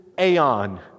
aeon